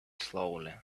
slowly